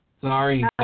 Sorry